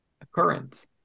occurrence